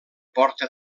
porta